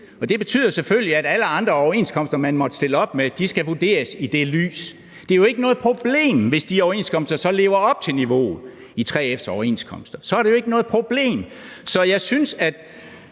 Det betyder selvfølgelig, at alle andre overenskomster, man måtte stille op med, skal vurderes i det lys. Det er jo ikke noget problem, hvis de overenskomster så lever op til niveauet i 3F's overenskomster. Så jeg synes, at